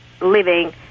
living